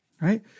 Right